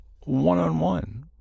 one-on-one